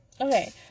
Okay